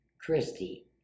Christy